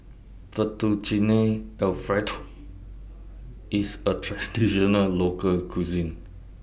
Fettuccine Alfredo IS A Traditional Local Cuisine